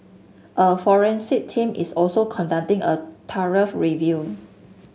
a forensic team is also conducting a thorough review